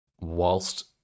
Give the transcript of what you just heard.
whilst